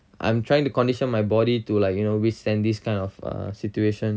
I'm trying to condition my body to like you know withstand this kind of situation